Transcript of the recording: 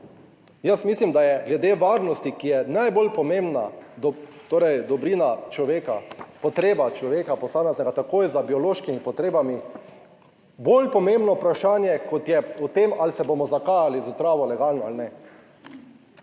Jaz mislim, da je glede varnosti, ki je najbolj pomembna, torej dobrina človeka, potreba človeka posameznika takoj z biološkimi potrebami, bolj pomembno vprašanje kot je o tem ali se bomo zakajali s travo legalno ali ne.